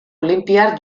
olinpiar